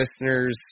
listeners